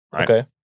Okay